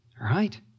Right